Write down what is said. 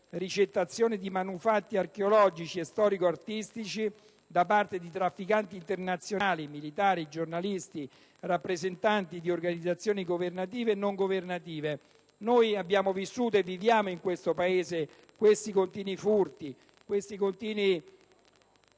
ricettazione di manufatti archeologici e storico-artistici da parte di trafficanti internazionali, militari, giornalisti e rappresentanti di organizzazioni governative e non governative. Abbiamo vissuto e viviamo nel nostro Paese questi continui furti e saccheggi: